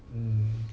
mm